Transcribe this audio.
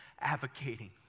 advocating